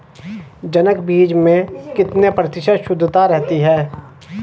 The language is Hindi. जनक बीज में कितने प्रतिशत शुद्धता रहती है?